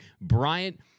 Bryant